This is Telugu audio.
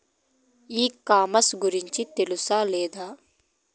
ఈ కామర్స్ గురించి తెలుసా లేదా?